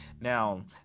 Now